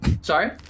sorry